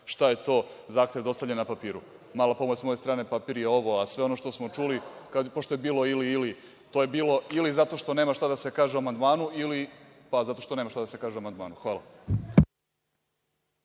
šta je to zahtev dostavljen na papiru. Mala pomoć sa moje strane, papir je ovo, a sve ono što smo čuli, pošto je bilo ili ili, to je bilo ili zato što nema šta da se kaže o amandmanu ili, pa, zato što nema šta da se kaže o amandmanu. Hvala.